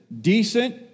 decent